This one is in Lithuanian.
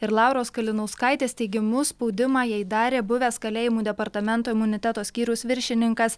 ir lauros kalinauskaitės teigimu spaudimą jai darė buvęs kalėjimų departamento imuniteto skyriaus viršininkas